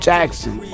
Jackson